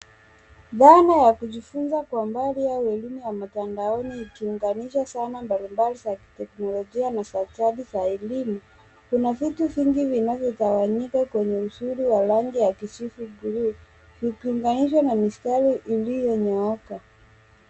Dhana ya kujifunza kwa mbali au elimu ya mtandaoni ikiunganisha zana mbalimbali za kiteknolojia na za jadi za elimu. Kuna vitu vingi vinavyogawanyika kwenye uzuri wa rangi ya kijivu buluu ikiunganishwa na mistari iliyonyooka.